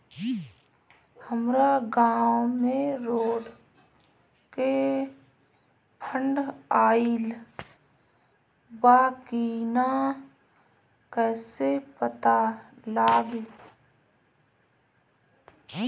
हमरा गांव मे रोड के फन्ड आइल बा कि ना कैसे पता लागि?